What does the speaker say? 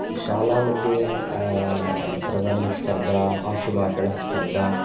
शालामध्ये प्रबन्धस्पर्धा आशुभाषणस्पर्धा